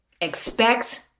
expects